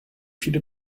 viele